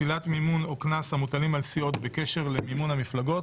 שלילת מימון או קנס המוטלים על סיעות בקשר למימון המפלגות